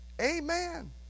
Amen